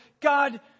God